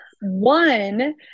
one